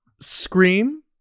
Scream